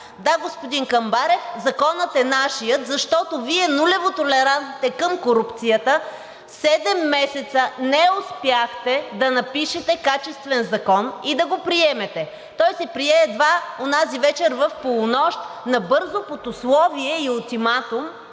Да, господин Камбарев, законът е нашият, защото Вие – нулевата толерантност към корупцията, седем месеца не успяхте да напишете качествен закон и да го приемете. Той се прие едва онази вечер в полунощ набързо под условие и ултиматум,